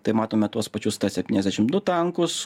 tai matome tuos pačius septyniasdešimt du tankus